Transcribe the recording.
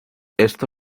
esto